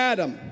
Adam